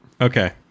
Okay